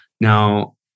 Now